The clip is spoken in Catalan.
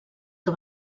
que